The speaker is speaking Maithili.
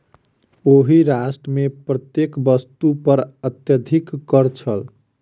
ओहि राष्ट्र मे प्रत्येक वस्तु पर अत्यधिक कर छल